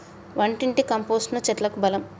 వంటింటి కంపోస్టును చెట్లకు బలం